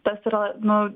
tas yra nu